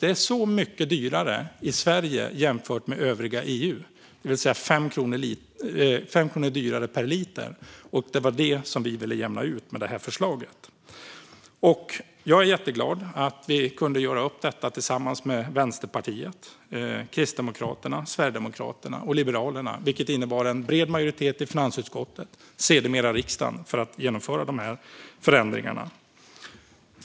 Det är ungefär 5 kronor dyrare per liter i Sverige jämfört med övriga EU, och det var det som vi ville jämna ut med det här förslaget. Jag är jätteglad att vi kunde göra upp om detta tillsammans med Vänsterpartiet, Kristdemokraterna, Sverigedemokraterna och Liberalerna, vilket innebar en bred majoritet i finansutskottet och sedermera riksdagen för att genomföra de här förändringarna.